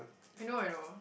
I know I know